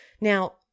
Now